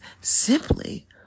simply